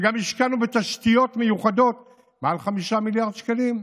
וגם השקענו בתשתיות מיוחדות מעל 5 מיליארד שקלים.